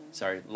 sorry